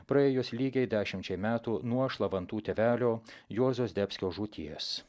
praėjus lygiai dešimčiai metų nuo šlavantų tėvelio juozo zdebskio žūties